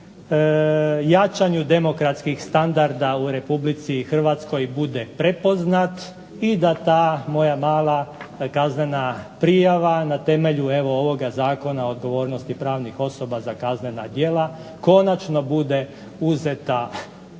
jačanju demokratskih standarda u RH bude prepoznat i da ta moja mala kaznena prijava na temelju evo ga ovoga Zakona o odgovornosti pravnih osoba za kaznena djela konačno bude uzeta